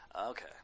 Okay